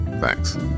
Thanks